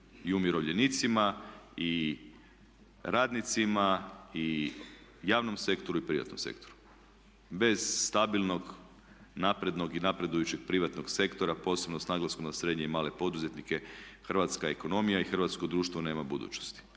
I umirovljenicima i radnicima i javnom sektoru i privatnom sektoru. Bez stabilnog naprednog i napredujućeg privatnog sektora posebno s naglaskom na srednje i male poduzetnike hrvatska ekonomija i hrvatsko društvo nema budućnosti.